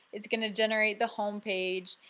it's going to generate the homepage,